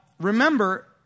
remember